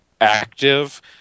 active